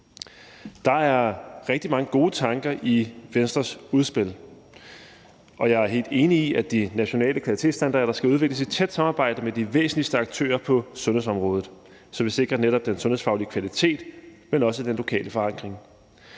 Der er rigtig mange gode tanker i Venstres udspil, og jeg er helt enig i, at de nationale kvalitetsstandarder skal udvikles i tæt samarbejde med de væsentligste aktører på sundhedsområdet, så vi netop ikke kun sikrer den sundhedsfaglige kvalitet, men også den lokale forankring.